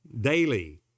daily